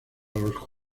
los